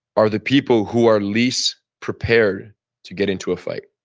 are the people who are least prepared to get into a fight